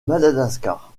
madagascar